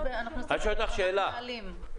אנחנו עושים ברמת נהלים.